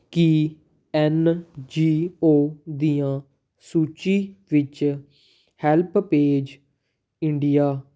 ਕੀ N G O ਦੀਆਂ ਸੂਚੀ ਵਿੱਚ ਹੈਲਪਪੇਜ਼ ਇੰਡੀਆ